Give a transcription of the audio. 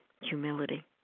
humility